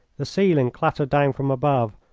the ceiling clattered down from above,